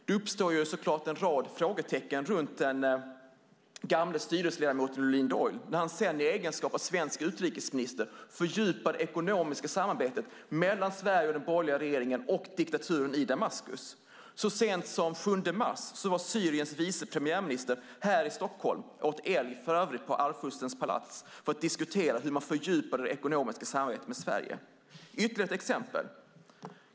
Det uppstår såklart en rad frågetecken runt den gamle styrelseledamoten i Lundin Oil när han sedan i egenskap av svensk utrikesminister fördjupar det ekonomiska samarbetet mellan Sveriges borgerliga regering och diktaturen i Damaskus. Så sent som den 7 mars var Syriens vice premiärminister i Stockholm - han åt för övrigt älg i Arvfurstens palats - för att diskutera hur man kunde fördjupa det ekonomiska samarbetet med Sverige. Jag har ännu ett exempel.